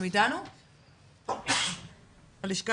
אנחנו נעבור למשרד החינוך.